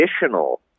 additional